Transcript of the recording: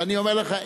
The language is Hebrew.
ואני אומר לך,